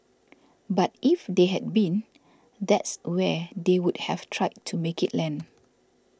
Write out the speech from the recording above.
but if they had been that's where they would have tried to make it land